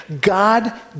God